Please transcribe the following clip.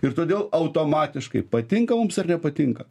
ir todėl automatiškai patinka mums ar nepatinka